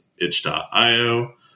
Itch.io